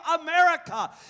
America